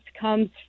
comes